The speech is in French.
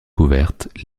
couvertes